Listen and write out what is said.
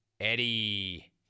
Eddie